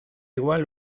igual